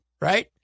right